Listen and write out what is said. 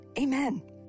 amen